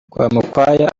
rwamukwaya